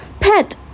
Pet